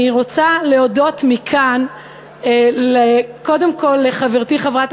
אני רוצה להודות מכאן קודם כול לחברתי חברת